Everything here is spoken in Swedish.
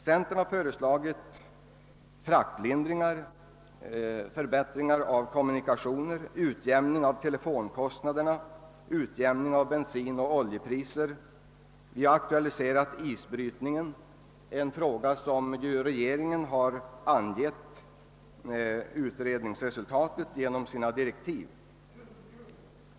Centern har föreslagit fraktlindringar, förbättringar av kommunikationer, utjämning av telefonkostnader, utjämning av bensinoch oljepriser. Vi har aktualiserat isbrytningen. Regeringen har i den frågan angivit utredningsresultatet genom sina direktiv.